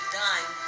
done